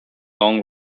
long